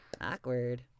awkward